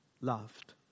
loved